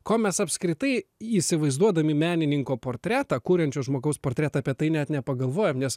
ko mes apskritai įsivaizduodami menininko portretą kuriančio žmogaus portretą apie tai net nepagalvojam nes